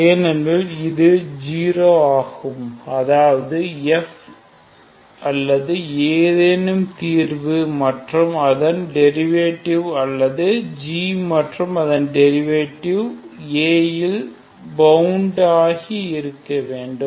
pxfdgdx gdfdx|ab ஏனெனில் இது 0 ஆகும் அதாவது f அல்லது ஏதேனும் தீர்வு மற்றும் அதன் டெரிவேட்டிவ் அல்லது g மற்றும் அதன் டெரிவேட்டிவ் a ல் பவுண்டாகி இருக்கவேண்டும்